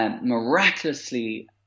Miraculously